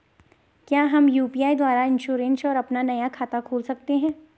क्या हम यु.पी.आई द्वारा इन्श्योरेंस और अपना नया खाता खोल सकते हैं?